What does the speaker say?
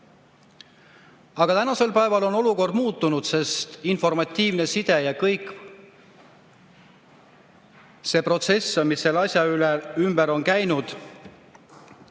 Aga tänasel päeval on olukord muutunud, sest on informatiivne side ja kogu sellest protsessist, mis selle asja ümber on käinud,